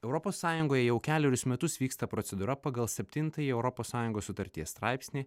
europos sąjungoj jau kelerius metus vyksta procedūra pagal septintąjį europos sąjungos sutarties straipsnį